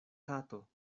kato